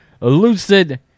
Lucid